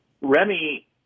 Remy